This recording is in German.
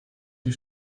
die